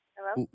Hello